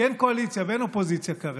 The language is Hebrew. כי אין קואליציה ואין אופוזיציה כרגע,